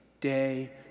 day